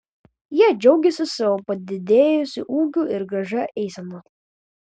jie džiaugėsi savo padidėjusiu ūgiu ir gražia eisena